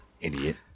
Idiot